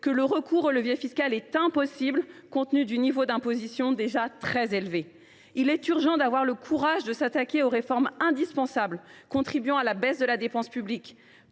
que le recours au levier fiscal est impossible, compte tenu du fait que le niveau d’imposition est déjà très élevé. Il est urgent d’avoir le courage de s’attaquer aux réformes indispensables contribuant à la baisse de la dépense publique,